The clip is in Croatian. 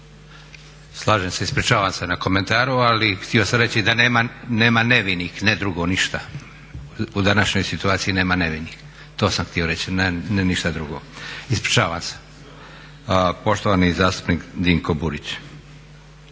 Slažem se. Ispričavam se na komentaru, ali sam htio sam reći da nema nevinih, ne drugo ništa. U današnjoj situaciji nema nevinih, to sam htio reći ništa drugo. Ispričavam se. Poštovani zastupnik Dinko Burić.